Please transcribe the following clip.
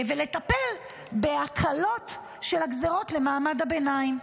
ולטפל בהקלות של הגזרות למעמד הביניים.